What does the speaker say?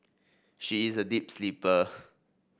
she is a deep sleeper